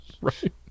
right